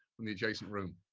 and the adjacent room.